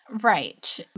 Right